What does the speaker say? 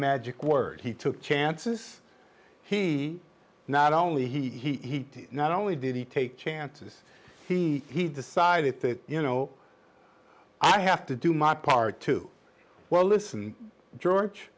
magic word he took chances he not only he not only did he take chances he he decided you know i have to do my part to well listen george